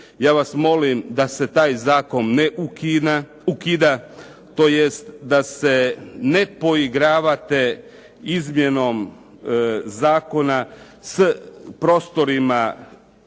Ja vas molim da se taj zakon ne ukida, tj. da se ne poigravate izmjenom zakona s prostorima